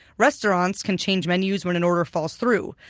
restaurants can change menus when an order falls through.